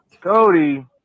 Cody